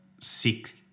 six –